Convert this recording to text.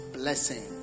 blessing